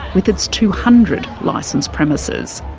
with its two hundred licensed premises.